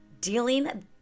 dealing